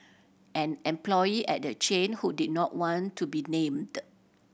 an employee at the chain who did not want to be named